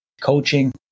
coaching